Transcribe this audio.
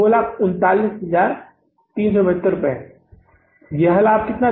यहाँ क्या लाभ था